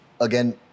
again